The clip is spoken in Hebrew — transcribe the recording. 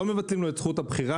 לא מבטלים לו את זכות הבחירה.